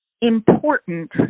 important